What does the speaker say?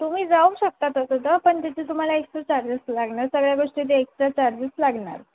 तुम्ही जाऊ शकता तसं तर पण त्याचे तुम्हाला एक्स्ट्रा चार्जेस लागणार सगळ्या गोष्टीचे एक्स्ट्रा चार्जेस लागणार